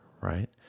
right